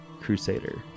crusader